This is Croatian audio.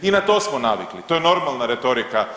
I na to smo navikli, to je normalna retorika